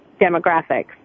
demographics